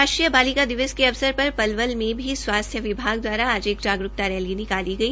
राष्ट्रीय बालिका दिवस के अवसर पर पलवल में भी स्वास्थ्य विभाग दवारा आज एक जागरूकता रैली निकाली गई